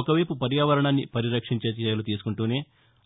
ఒకవైపు పర్యావరణాన్ని పరిరక్షించే చర్యలు తీసుకుంటూనే